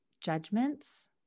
judgments